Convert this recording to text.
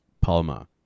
Palma